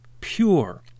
pure